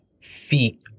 feet